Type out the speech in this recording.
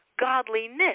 godliness